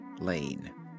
Lane